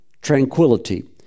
tranquility